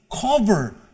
cover